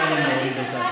הוראות,